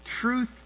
truth